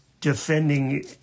defending